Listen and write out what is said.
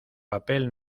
papel